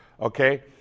Okay